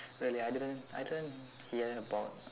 really I didn't I didn't hear about